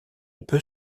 peut